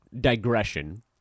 digression